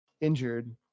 injured